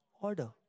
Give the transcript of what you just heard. order